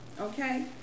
Okay